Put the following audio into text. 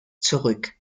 zurück